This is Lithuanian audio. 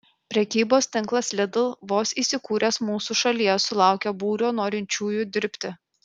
prekybos tinklas lidl vos įsikūręs mūsų šalyje sulaukė būrio norinčiųjų dirbti